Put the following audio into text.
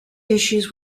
issues